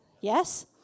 yes